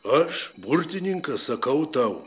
aš burtininkas sakau tau